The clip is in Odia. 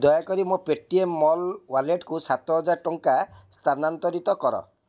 ଦୟାକରି ମୋ ପେଟିଏମ୍ ମଲ୍ ୱାଲେଟକୁ ସାତ ହଜାର ଟଙ୍କା ସ୍ଥାନାନ୍ତରିତ କର